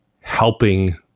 helping